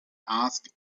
asked